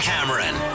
Cameron